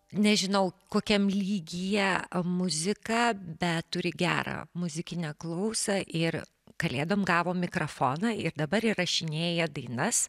nežinau kokiam lygyje muziką bet turi gerą muzikinę klausą ir kalėdom gavo mikrofoną ir dabar įrašinėja dainas